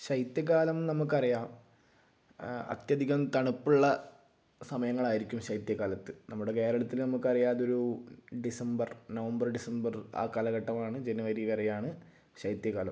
ശൈത്യം കാലം നമുക്കറിയാം അത്യധികം തണുപ്പുള്ള സമയങ്ങളായിരിക്കും ശൈത്യകാലത്ത് നമ്മുടെ കേരളത്തിൽ നമുക്കറിയാം അതൊരു ഡിസംബർ നവംബർ ഡിസംബർ ആ കാലഘട്ടമാണ് ജനുവരി വരെയാണ് ശൈത്യകാലം